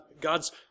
God's